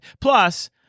plus